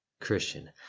Christian